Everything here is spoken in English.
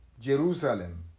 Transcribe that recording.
Jerusalem